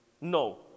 No